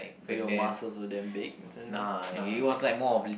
so your muscles were damn big nah